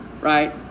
Right